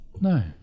no